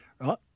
Right